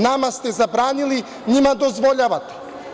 Nama ste zabranili, njima dozvoljavate.